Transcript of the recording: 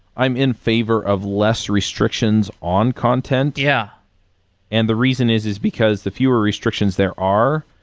i'm in favor of less restrictions on content. yeah and the reason is, is because the fewer restrictions there are,